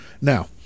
Now